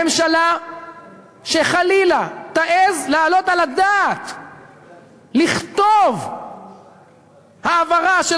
ממשלה שחלילה תעז להעלות על הדעת לכתוב העברה של